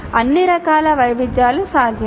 అన్ని రకాల వైవిధ్యాలు సాధ్యమే